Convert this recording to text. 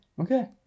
Okay